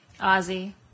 Ozzy